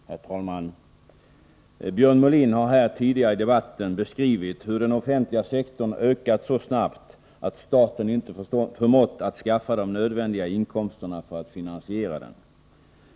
Herr talman! Björn Molin har tidigare i debatten beskrivit hur den offentliga sektorn ökat så snabbt att staten inte förmått att skaffa de nödvändiga inkomsterna för att finansiera den.